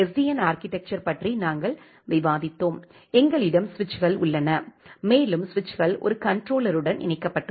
என் ஆர்க்கிடெக்ச்சர்ப் பற்றி நாங்கள் விவாதித்தோம் எங்களிடம் சுவிட்சுகள் உள்ளன மேலும் சுவிட்சுகள் ஒரு கண்ட்ரோல்லேருடன் இணைக்கப்பட்டுள்ளன